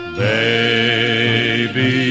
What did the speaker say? baby